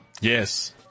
Yes